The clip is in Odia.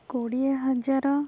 କୋଡ଼ିଏ ହଜାର